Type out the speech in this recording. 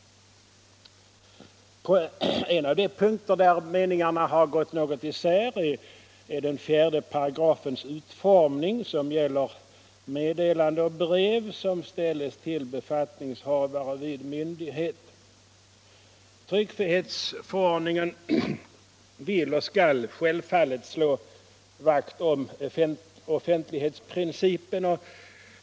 En av de punkter där meningarna gåll något isär är den fjärde paragrafens utformning som gäller personliga meddelanden och brev som ställs till befattningshavare vid myndighet. Tryckfrihetsförordningen vill och skall självfallet slå vakt om offentlighetsprincipen.